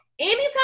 Anytime